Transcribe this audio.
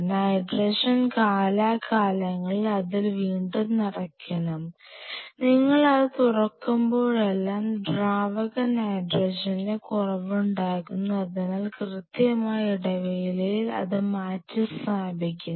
nitrogen കാലാകാലങ്ങളിൽ അതിൽ വീണ്ടും നിറയ്ക്കണം നിങ്ങൾ അത് തുറക്കുമ്പോഴെല്ലാം ദ്രാവക നൈട്രജന്റെ കുറവുണ്ടാകുന്നു അതിനാൽ കൃത്യമായ ഇടവേളയിൽ അത് മാറ്റിസ്ഥാപിക്കണം